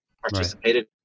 participated